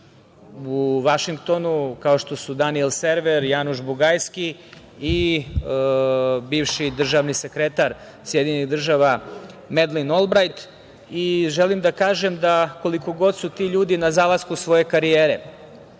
u Vašingtonu, kao što su Daniel Server, Januš Bugajski i bivši državni sekretar SAD, Medlin Olbrajt. Želim da kažem da koliko god su ti ljudi na zalasku svoje karijere,